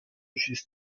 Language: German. schießt